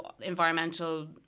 environmental